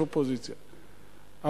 יש אופוזיציה,